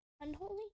unholy